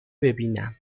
ببینم